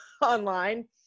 online